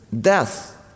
death